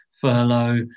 furlough